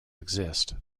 exist